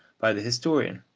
by the historian,